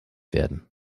werden